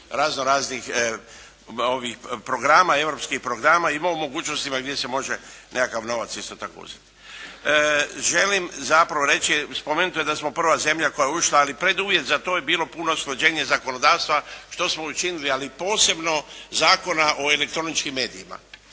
razno-raznih programa, europskih programa i o mogućnostima gdje se može nekakav novac isto tako uzeti. Želim zapravo reći, spomenuto je da smo prva zemlja koja je ušla, ali preduvjet za to je bilo puno usklađenja zakonodavstva što smo učinili, ali posebno Zakona o elektroničkim medijima.